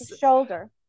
shoulder